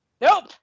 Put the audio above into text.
Nope